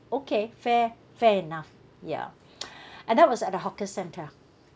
okay fair fair enough yeah and that was at a hawker centre